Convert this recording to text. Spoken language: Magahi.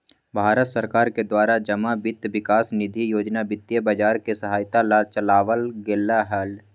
भारत सरकार के द्वारा जमा वित्त विकास निधि योजना वित्तीय बाजार के सहायता ला चलावल गयले हल